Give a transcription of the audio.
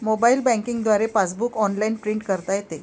mobile banking द्वारे passbook online print करता येते